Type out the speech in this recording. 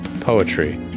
poetry